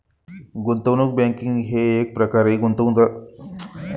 गुंतवणूक बँकिंग हे एकप्रकारे गुंतवणूकदारांसाठी फायद्याचेच आहे